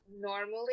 normally